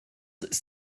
ist